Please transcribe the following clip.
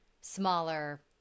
smaller